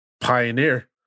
Pioneer